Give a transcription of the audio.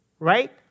Right